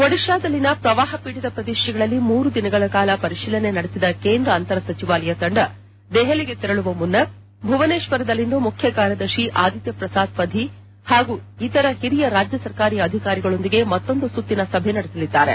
ಒಡಿತಾದಲ್ಲಿನ ಪ್ರವಾಹ ಪೀಡಿತ ಪ್ರದೇಶಗಳಲ್ಲಿ ಮೂರು ದಿನಗಳ ಕಾಲ ಪರಿಶೀಲನೆ ನಡೆಸಿದ ಕೇಂದ್ರ ಅಂತರ ಸಚಿವಾಲಯ ತಂಡ ದೆಹಲಿಗೆ ತೆರಳುವ ಮುನ್ನ ಭುವನೇತ್ವರದಲ್ಲಿಂದು ಮುಖ್ಯ ಕಾರ್ಲದರ್ಶಿ ಆದಿತ್ತ ಪ್ರಸಾದ್ ಪಧಿ ಹಾಗೂ ಇತರ ಹಿರಿಯ ರಾಜ್ಯ ಸರ್ಕಾರಿ ಅಧಿಕಾರಿಗಳೊಂದಿಗೆ ಮತ್ತೊಂದು ಸುತ್ತಿನ ಸಭೆ ನಡೆಸಲಿದ್ದಾರೆ